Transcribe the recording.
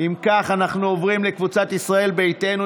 אם כך, אנחנו עוברים לקבוצת ישראל ביתנו.